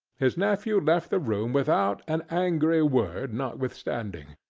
his nephew left the room without an angry word, notwithstanding.